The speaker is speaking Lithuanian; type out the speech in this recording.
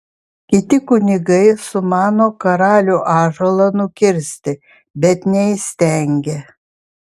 kiti kunigai sumano karalių ąžuolą nukirsti bet neįstengia